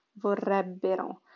vorrebbero